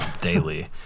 daily